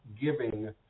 giving